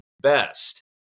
best